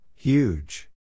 Huge